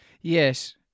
Yes